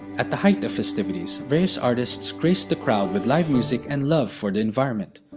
at the height of festivities, various artists graced the crowd with live music and love for the environment.